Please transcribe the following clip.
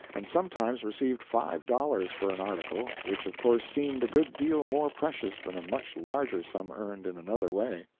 and sometimes received five dollars for an article, which, of course, seemed a good deal more precious than a much larger sum earned in another way.